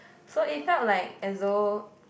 so instead of like as though